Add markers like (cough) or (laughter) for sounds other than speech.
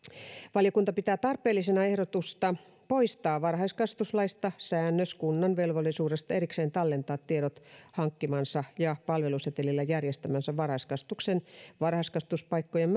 valiokunta pitää tarpeellisena ehdotusta poistaa varhaiskasvatuslaista säännös kunnan velvollisuudesta erikseen tallentaa tiedot hankkimansa ja palvelusetelillä järjestämänsä varhaiskasvatuksen varhaiskasvatuspaikkojen (unintelligible)